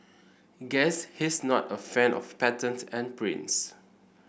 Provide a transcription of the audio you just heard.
guess he's not a fan of patterns and prints